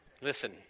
Listen